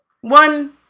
One